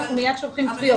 אנחנו מיד שולחים תביעות.